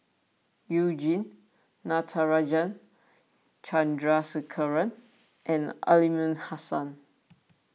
You Jin Natarajan Chandrasekaran and Aliman Hassan